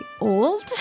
old